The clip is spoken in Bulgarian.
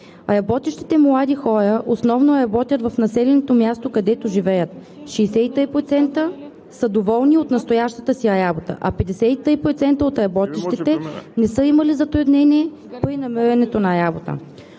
Работещите млади хора основно работят в населеното място, където живеят – 63% са доволни от настоящата си работа, а 53% от работещите не са имали затруднение при намирането на работа.